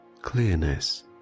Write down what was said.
clearness